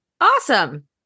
awesome